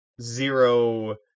zero